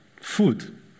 food